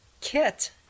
kit